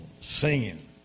singing